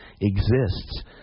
exists